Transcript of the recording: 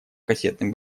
кассетным